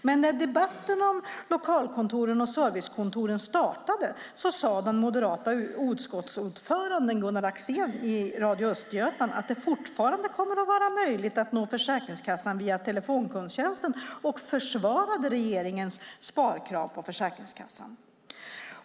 Och när debatten om lokalkontoren och servicekontoren startade sade den moderate utskottsordföranden Gunnar Axén i Radio Östergötland att det fortfarande är möjligt att nå Försäkringskassan via telefonkundtjänsten. Han försvarade regeringens sparkrav på Försäkringskassan.